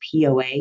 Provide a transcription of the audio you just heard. POA